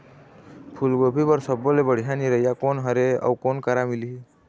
फूलगोभी बर सब्बो ले बढ़िया निरैया कोन हर ये अउ कोन करा मिलही?